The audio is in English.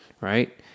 Right